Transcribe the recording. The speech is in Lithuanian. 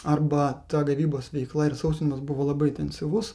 arba ta gavybos veikla ir sausinimas buvo labai intensyvus